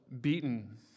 beaten